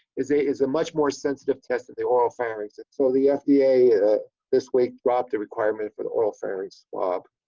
is a is a much more sensitive test than the oral pharynx is. so the fda this week dropped a requirement for the oral pharynx swab.